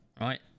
right